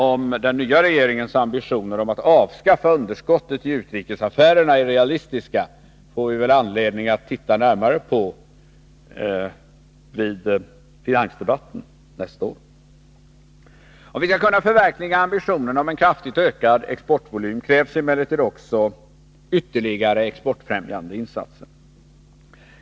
Om den nya regeringens ambitioner att avskaffa underskottet i utrikesaffärerna är realistiska får vi väl anledning att titta närmare på vid finansdebatten nästa år. Om vi skall kunna förverkliga ambitionen att kraftigt öka exportvolymen, krävs emellertid också ytterligare exportfrämjande insatser.